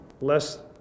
less